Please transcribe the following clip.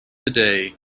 today